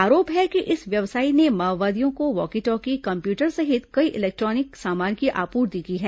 आरोप है कि इस व्यवसायी ने माओवादियों को वॉकी टॉकी कम्प्यूटर सहित कई इलेक्ट्रॉनिक सामान की आपूर्ति की है